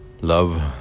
Love